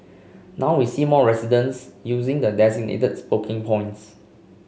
now we see more residents using the designated smoking points